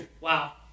Wow